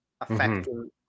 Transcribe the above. affecting